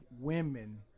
women